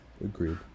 Agreed